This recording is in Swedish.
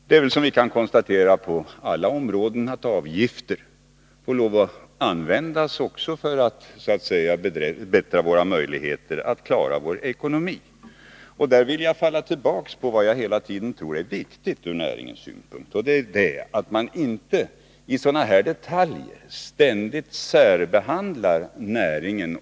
Men som vi kan konstatera får man också på alla andra områden lov att använda avgifter för att förbättra möjligheterna att klara vår ekonomi. Jag vill i det sammanhanget falla tillbaka på vad jag hela tiden tror är viktigt ur näringslivssynpunkt, och det är att man inte i sådana här detaljer skall särbehandla jordbruksnäringen.